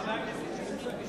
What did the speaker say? כאשר חבר הכנסת שטרית משיב,